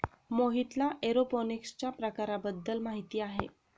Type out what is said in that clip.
मोहितला एरोपोनिक्सच्या प्रकारांबद्दल माहिती आहे